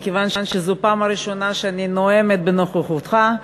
מכיוון שזו הפעם הראשונה שאני נואמת בנוכחותך,